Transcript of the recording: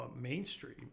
mainstream